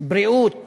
בריאות